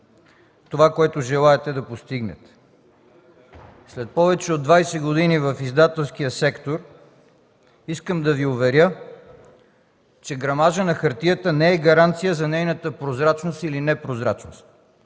това, което желаете да постигнете. След повече от 20 години в издателския сектор искам да Ви уверя, че грамажът на хартията не е гаранция за нейната прозрачност или непрозрачност.